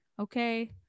Okay